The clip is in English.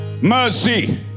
mercy